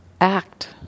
act